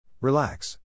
Relax